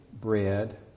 bread